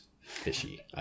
fishy